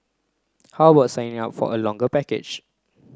how about signing up for a longer package